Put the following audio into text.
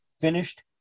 finished